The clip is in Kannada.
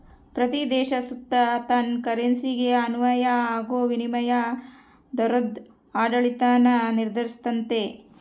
ಪ್ರತೀ ದೇಶ ಸುತ ತನ್ ಕರೆನ್ಸಿಗೆ ಅನ್ವಯ ಆಗೋ ವಿನಿಮಯ ದರುದ್ ಆಡಳಿತಾನ ನಿರ್ಧರಿಸ್ತತೆ